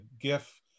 gif